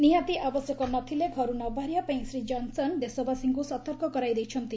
ନିହାତି ଆବଶ୍ୟକ ନ ଥିଲେ ଘରୁ ନ ବାହାରିବାପାଇଁ ଶ୍ରୀ ଜନ୍ସନ୍ ଦେଶବାସୀଙ୍କୁ ସତର୍କ କରାଇ ଦେଇଛନ୍ତି